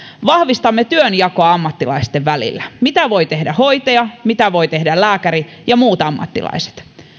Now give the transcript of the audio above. vahvistamme työnjakoa ammattilaisten välillä mitä voi tehdä hoitaja mitä voivat tehdä lääkäri ja muut ammattilaiset